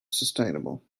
sustainable